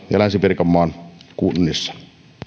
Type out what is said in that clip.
ja länsi pirkanmaan kunnissa